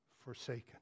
forsaken